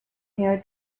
here